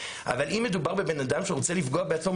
אבל אם מדובר בבן אדם שרוצה לפגוע בעצמו,